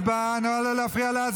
בושה, בושה, בושה, נא לא להפריע להצבעה.